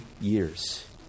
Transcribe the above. years